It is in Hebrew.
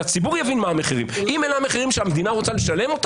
שהציבור יבין מה המחירים אם אלה המחירים שהמדינה רוצה לשלם,